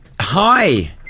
hi